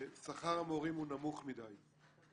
שכר המורים הוא נמוך מדי.